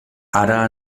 ara